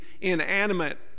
inanimate